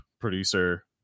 producer